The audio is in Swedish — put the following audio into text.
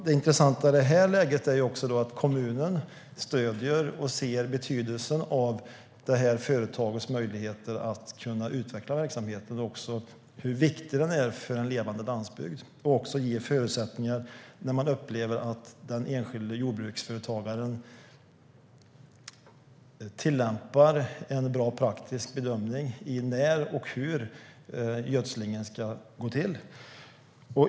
Det intressanta i det här läget är att kommunen stöder och ser betydelsen av företagets möjligheter att kunna utveckla verksamheten och hur viktig den är för en levande landsbygd och att man ger förutsättningar när man upplever att den enskilde jordbruksföretagaren tillämpar en bra praktisk bedömning av när och hur gödslingen ska gå till.